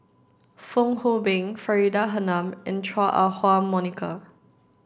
Fong Hoe Beng Faridah Hanum and Chua Ah Huwa Monica